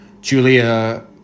Julia